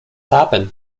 happen